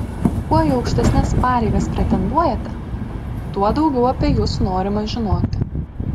kuo į aukštesnes pareigas pretenduojate tuo daugiau apie jus norima žinoti